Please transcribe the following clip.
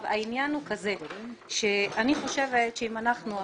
אני חושבת שאם אנחנו,